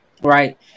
Right